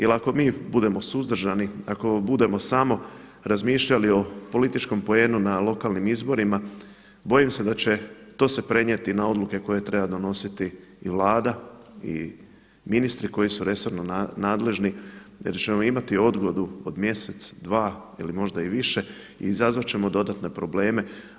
Jel ako mi budemo suzdržani, ako budemo samo razmišljali o političkom poenu na lokalnim izborima, bojim se da će se to prenijeti na odluke koje treba donositi i Vlada i ministri koji su resorno nadležni jer ćemo imati odgodu od mjesec, dva ili možda i više i izazvat ćemo dodatne probleme.